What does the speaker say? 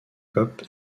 coop